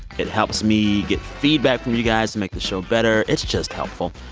it helps me get feedback from you guys to make the show better. it's just helpful.